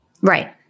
Right